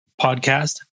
podcast